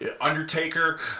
Undertaker